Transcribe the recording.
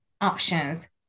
options